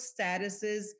statuses